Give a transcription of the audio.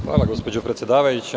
Hvala, gospođo predsedavajuća.